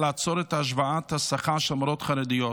לעצור את השוואת השכר של מורות חרדיות,